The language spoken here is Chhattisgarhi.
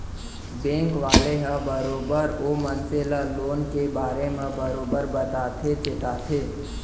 बेंक वाले ह बरोबर ओ मनसे ल लोन के बारे म बरोबर बताथे चेताथे